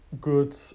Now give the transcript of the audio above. good